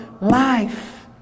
life